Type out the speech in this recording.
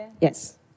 Yes